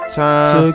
time